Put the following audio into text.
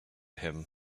him